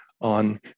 on